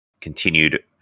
continued